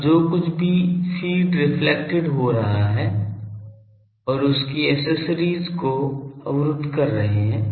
अब जो कुछ भी फ़ीड रेफ्लेक्टेड हो रहा है और उसकी एक्सेसरीज को अवरुद्ध कर रहे हैं